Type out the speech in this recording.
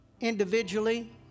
individually